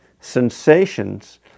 sensations